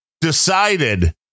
decided